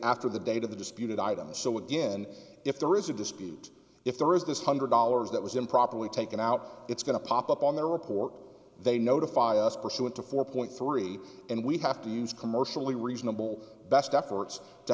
after the date of the disputed item so again if there is a dispute if there is this hundred dollars that was improperly taken out it's going to pop up on their report they notify us pursuant to four point three and we have to use commercially reasonable best efforts to